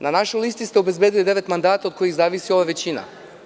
Na našoj listi ste obezbedili devet mandata od kojih zavisi ova većina.